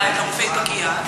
אלא על רופאי פגייה.